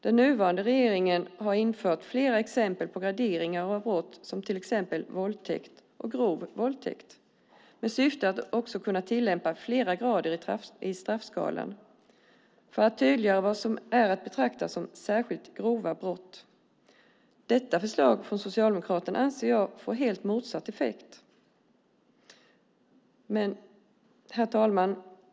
Den nuvarande regeringen har infört flera exempel på graderingar av brott, till exempel våldtäkt och grov våldtäkt, med syftet att kunna tillämpa flera grader i straffskalan och tydliggöra vad som är att betrakta som särskilt grova brott. Förslaget från Socialdemokraterna anser jag skulle ge helt motsatt effekt. Herr talman!